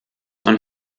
und